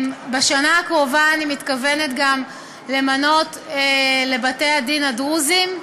בשנה הקרובה אני מתכוונת גם למנות לבתי-הדין הדרוזיים,